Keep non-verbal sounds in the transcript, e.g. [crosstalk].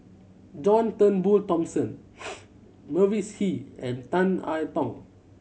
John Turnbull Thomson [noise] Mavis Hee and Tan I Tong